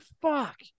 fuck